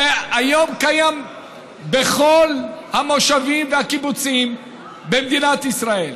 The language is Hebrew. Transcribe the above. זה היום קיים בכל המושבים והקיבוצים במדינת ישראל.